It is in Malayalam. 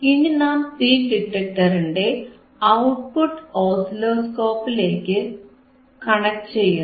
ഇനി നാം പീക്ക് ഡിറ്റക്ടറിന്റെ ഔട്ട്പുട്ട് ഓസിലോസ്കോപ്പിലേക്കു കണക്ട് ചെയ്യുന്നു